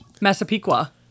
Massapequa